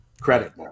credit